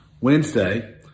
Wednesday